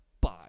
bye